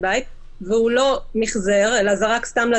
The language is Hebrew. בדרך כלל בחוקי עזר -- חוקי עזר לא מתאימים לזה.